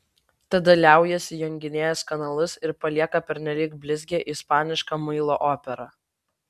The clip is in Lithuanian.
tada liaujasi junginėjęs kanalus ir palieka pernelyg blizgią ispanišką muilo operą